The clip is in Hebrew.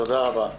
תודה רבה.